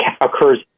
occurs